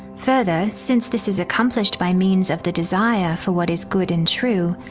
further, since this is accomplished by means of the desire for what is good and true,